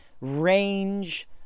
range